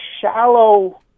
shallow